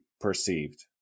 perceived